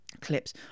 clips